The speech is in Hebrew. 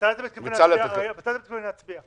מתי אתם מתכוונים להצביע?